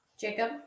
Jacob